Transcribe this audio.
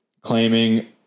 claiming